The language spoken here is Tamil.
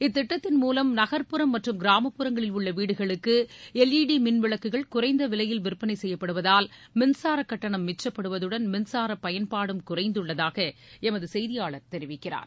இத்திட்டத்தின் மூலம் நகர்ப்புறம் மற்றும் கிராமப்புறங்களில் உள்ள வீடுகளுக்கு எல் ஈ டி மின் விளக்குகள் குறைந்த விலையில் விற்பனை செய்யப்படுவதால் மின்சார கட்டணம் மிச்சப்படுவதுடன் மின்சார பயன்பாடும் குறைந்துள்ளதாக எமது செய்தியாளர் தெரிவிக்கிறார்